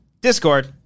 Discord